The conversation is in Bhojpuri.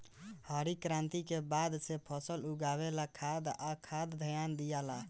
हरित क्रांति के बाद से फसल उगावे ला खाद पर खास ध्यान दियाला